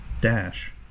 dash